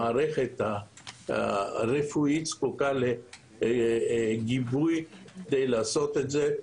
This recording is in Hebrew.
המערכת הרפואית זקוקה לגיבוי כדי לעשות את זה,